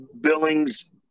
Billings